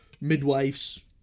midwives